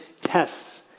tests